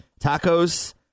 tacos